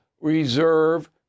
reserve